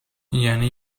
یعنی